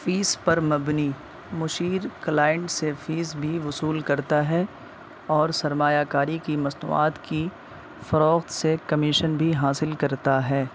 face پر مبنی مشیر کلائنٹ سے فیس بھی وصول کرتا ہے اور سرمایہ کاری کی مصنوعات کی فروخت سے کمیشن بھی حاصل کرتا ہے